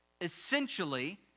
essentially